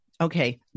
okay